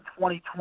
2020